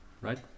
right